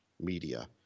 media